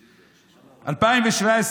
2017: